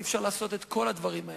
אי-אפשר לעשות את כל הדברים האלה.